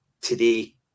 today